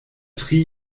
tri